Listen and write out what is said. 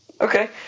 Okay